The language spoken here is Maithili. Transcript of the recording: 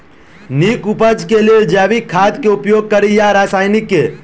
नीक उपज केँ लेल जैविक खाद केँ उपयोग कड़ी या रासायनिक केँ?